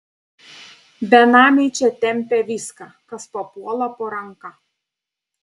benamiai čia tempia viską kas papuola po ranka